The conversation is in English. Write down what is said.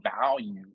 value